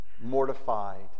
mortified